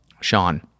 Sean